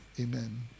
Amen